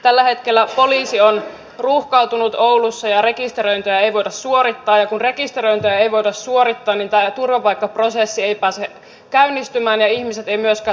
tällä hetkellä poliisi on ruuhkautunut oulussa ja rekisteröintiä ei voida suorittaa ja kun rekisteröintiä ei voida suorittaa tämä turvapaikkaprosessi ei pääse käynnistymään ja ihmiset eivät myöskään saa tätä vastaanottorahaa